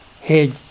head